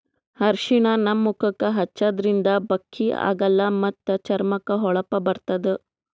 ಅರ್ಷಿಣ ನಮ್ ಮುಖಕ್ಕಾ ಹಚ್ಚದ್ರಿನ್ದ ಬಕ್ಕಿ ಆಗಲ್ಲ ಮತ್ತ್ ಚರ್ಮಕ್ಕ್ ಹೊಳಪ ಬರ್ತದ್